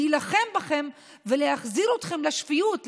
להילחם בכם ולהחזיר אתכם לשפיות,